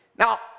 Now